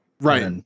Right